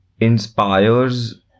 inspires